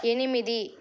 ఎనిమిది